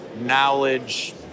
knowledge